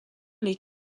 les